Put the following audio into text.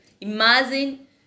imagine